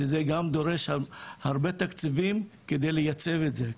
שזה דורש גם הרבה תקציבים על מנת לייצב את זה.